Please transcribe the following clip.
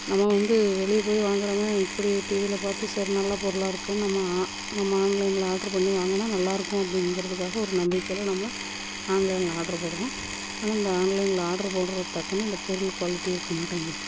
நம்ம வந்து வெளியே போய் வாங்குறமே இப்படி டிவியில பார்த்து சரி நல்ல பொருளாக இருக்கேன்னு நம்ம நம்ம ஆன்லைனில் ஆர்டர் பண்ணி வாங்கினா நல்லா இருக்கும் அப்படிங்குறதுக்காக ஒரு நம்பிக்கையில நம்ம ஆன்லைனில் ஆர்டர் போடுகிறோம் ஆனால் இந்த ஆன்லைனில் ஆர்டர் போடுகிற தக்கன அந்த பொருள் குவாலிட்டி இருக்க மாட்டங்குது